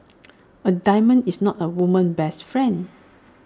A diamond is not A woman's best friend